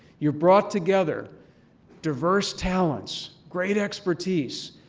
you've brought together diverse talents, great expertise,